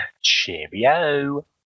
Cheerio